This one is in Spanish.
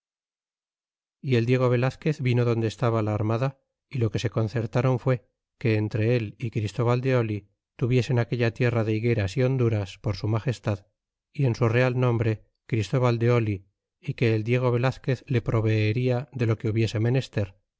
y el diego velazquez vino donde estaba la armada y lo que se concertaron fué que entre él y christóbal de oil tuviesen aquella tierra de higueras y honduras por su magestad y en su real nombre christóbal de oli y que el diego velazquez le proveeria de lo que hubiese menester